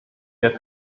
der